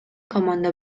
команда